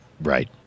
Right